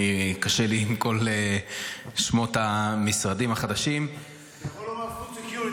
קשה לי עם כל שמות המשרדים החדשים -- אתה יכול לומר food security.